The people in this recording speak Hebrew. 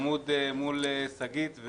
בכוונה יש איזה נוהל ששגית לא תהיה פה?